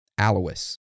Alois